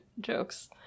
jokes